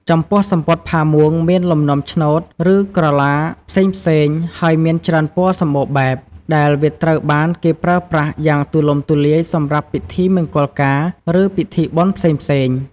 ចំពោះសំពត់ផាមួងមានលំនាំឆ្នូត ឬក្រឡាផ្សេងៗ ហើយមានច្រើនពណ៌សម្បូរបែប ដែលវាត្រូវបានគេប្រើប្រាស់យ៉ាងទូលំទូលាយសម្រាប់ពិធីមង្គលការ ឬពិធីបុណ្យផ្សេងៗ ។